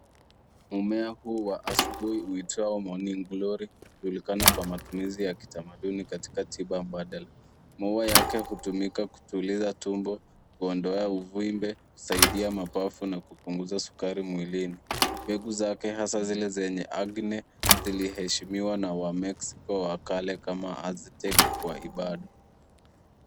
Mmea huu wa asubuhi uitwalo morning glory hujulikana kwa matumizi ya kitamaduni katika tiba mbadala. Maua yake hutumika kutuliza tumbo, kuondoa uvimbe, kusaidia mapafu na kupunguza sukari mwilini. Mbegu zake hasa zile zenye acne zimeheshimiwa na wamexico hasa